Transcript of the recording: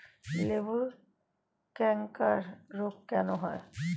লেবুর ক্যাংকার রোগ কেন হয়?